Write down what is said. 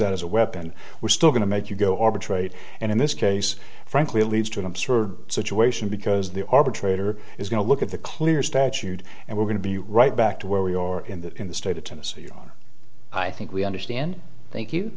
that as a weapon we're still going to make you go arbitrate and in this case frankly it leads to an absurd situation because the arbitrator is going to look at the clear statute and we're going to be right back to where we are in the in the state of tennessee on i think we understand thank you